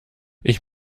ich